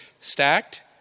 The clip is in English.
stacked